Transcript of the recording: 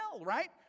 right